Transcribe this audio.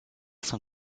son